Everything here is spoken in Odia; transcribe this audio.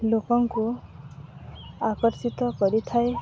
ଲୋକଙ୍କୁ ଆକର୍ଷିତ କରିଥାଏ